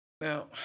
Now